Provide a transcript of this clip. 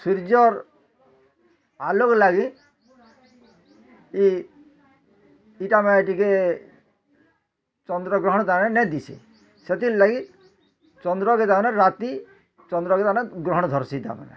ସୁର୍ଯ୍ୟର୍ ଆଲେକ୍ ଲାଗି ଇ ଇଟା ମାନେ ଟିକେ ଚନ୍ଦ୍ର ଗ୍ରହଣ ନାଇଁ ଦିସି ସେଥିର୍ ଲାଗି ଚନ୍ଦ୍ର କେ ତା ମାନେ ରାତି ଚନ୍ଦ୍ରକେ ତା ମାନେ ଗ୍ରହଣ ଧର୍ସି ତା ମାନେ